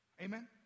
Amen